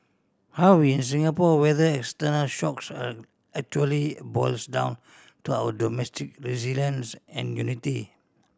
how we in Singapore weather external shocks actually boils down to our domestic resilience and unity